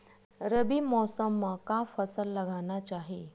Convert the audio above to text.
रबी मौसम म का फसल लगाना चहिए?